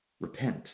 repent